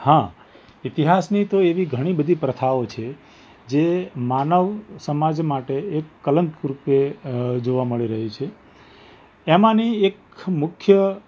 હા ઈતિહાસની તો એવી ઘણી બધી પ્રથાઓ છે જે માનવ સમાજ માટે એક કલંક રૂપે જોવા મળી રહી છે એમાંની એક મુખ્ય